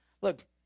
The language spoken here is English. Look